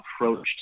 approached